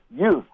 youth